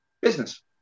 business